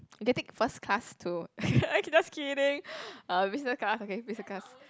and can take first class to okay just kidding uh business class okay business class